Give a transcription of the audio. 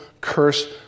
cursed